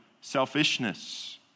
selfishness